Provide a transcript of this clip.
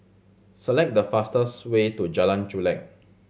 select the fastest way to Jalan Chulek